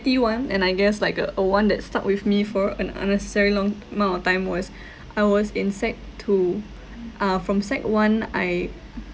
petty one and I guess like uh a one that stuck with me for an unnecessary long amount of time was I was in sec two uh from sec one I